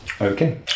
Okay